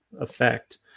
effect